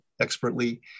expertly